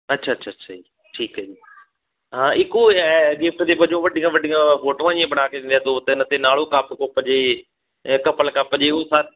ਅੱਛਾ ਅੱਛਾ ਅੱਛਾ ਜੀ ਠੀਕ ਹੈ ਜੀ ਹਾਂ ਇੱਕ ਉਹ ਹੋਇਆ ਗਿਫਟ ਦੇ ਵਜੋਂ ਵੱਡੀਆਂ ਵੱਡੀਆਂ ਫੋਟੋਆਂ ਜਿਹੀਆਂ ਬਣਾ ਕੇ ਦਿੰਦੇ ਆ ਦੋ ਤਿੰਨ ਅਤੇ ਨਾਲ ਉਹ ਕੱਪ ਕੁੱਪ ਜਿਹੇ ਅ ਕਪਲ ਕੱਪ ਜਿਹੇ ਉਹ ਸਾ